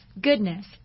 goodness